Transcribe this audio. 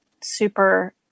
super